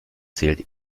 zählt